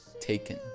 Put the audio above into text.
taken